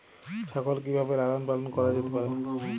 ছাগল কি ভাবে লালন পালন করা যেতে পারে?